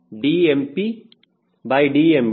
DmPDmD1